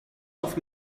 off